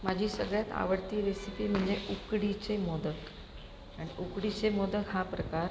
माझी सगळ्यात आवडती रेसिपी म्हणजे उकडीचे मोदक आणि उकडीचे मोदक हा प्रकार